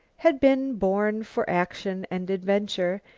had been born for action and adventure,